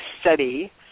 study